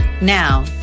Now